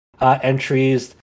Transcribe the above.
entries